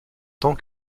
tant